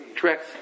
Correct